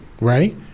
right